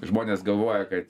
žmonės galvoja kad